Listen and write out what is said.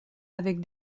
avec